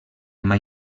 mai